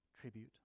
tribute